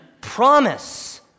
Promise